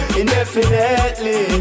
indefinitely